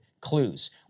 clues